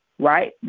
right